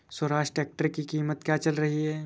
Swaraj tractor की कीमत क्या चल रही है?